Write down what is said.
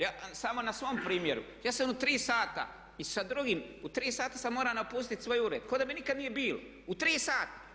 Ja samo na svom primjeru, ja sam u 3 sata i sa drugim, u 3 sata sam morao napustiti svoj ured kao da me nikada nije bilo, u 3 sata.